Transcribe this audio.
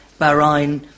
Bahrain